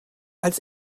als